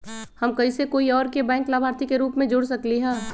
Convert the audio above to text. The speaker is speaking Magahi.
हम कैसे कोई और के बैंक लाभार्थी के रूप में जोर सकली ह?